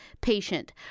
patient